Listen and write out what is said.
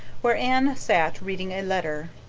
where anne sat, reading a letter,